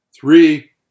Three